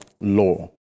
law